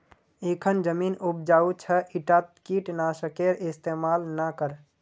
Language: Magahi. इखन जमीन उपजाऊ छ ईटात कीट नाशकेर इस्तमाल ना कर